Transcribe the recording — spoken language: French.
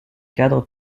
cadre